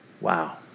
Wow